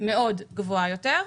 וגבוהה יותר,